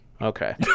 okay